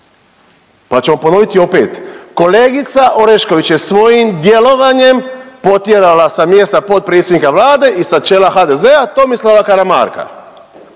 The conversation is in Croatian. pa ćemo ponoviti opet, kolegica Orešković je svojim djelovanjem potjerala sa mjesta potpredsjednika Vlade i sa čela HDZ-a Tomislava Karamarka.